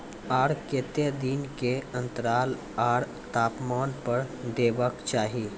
आर केते दिन के अन्तराल आर तापमान पर देबाक चाही?